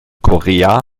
korea